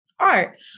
art